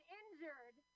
injured